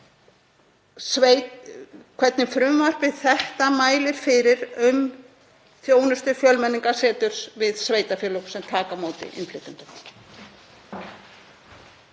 hvernig frumvarpið mælir fyrir um þjónustu Fjölmenningarseturs við sveitarfélög sem taka á móti innflytjendum.